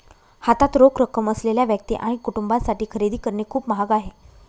हातात रोख रक्कम असलेल्या व्यक्ती आणि कुटुंबांसाठी खरेदी करणे खूप महाग आहे